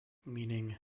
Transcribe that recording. meaning